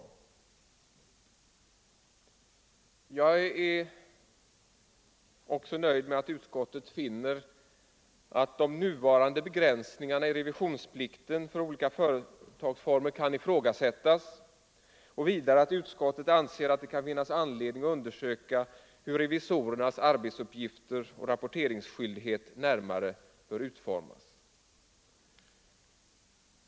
Jag är också nöjd med att utskottet finner att de nuvarande begränsningarna i revisionsplikten för olika företagsformer kan ifrågasättas, och vidare att utskottet anser att det kan vara anledning att undersöka hur revisorernas arbetsuppgifter och rapporteringsskyldighet närmare bör utformas.